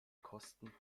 kosten